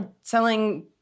selling